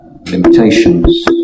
limitations